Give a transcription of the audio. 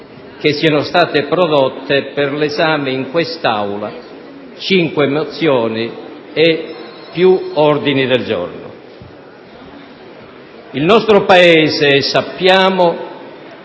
che siano stati prodotti per l'esame in quest'Aula quattro mozioni e più ordini del giorno. Il nostro Paese - lo sappiamo